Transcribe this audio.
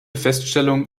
feststellung